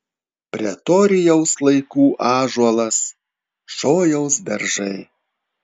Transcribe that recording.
pretorijaus laikų ąžuolas šojaus beržai